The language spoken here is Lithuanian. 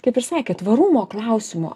kaip ir sakėt tvarumo klausimu